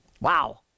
Wow